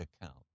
account